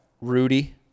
Rudy